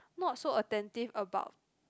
not so attentive about